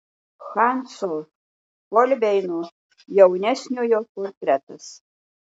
hanso holbeino jaunesniojo portretas